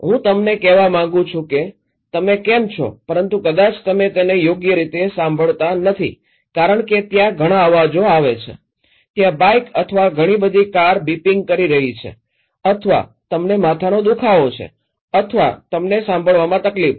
હું તમને કહેવા માંગુ છું કે તમે કેમ છો પરંતુ કદાચ તમે તેને યોગ્ય રીતે સાંભળતા નથી કારણ કે ત્યાં ઘણા અવાજો આવે છે ત્યાં બાઇક અથવા ઘણી બધી કાર બીપિંગ કરી રહી છે અથવા તમને માથાનો દુખાવો છે અથવા તમને સાંભળવામાં તકલીફ છે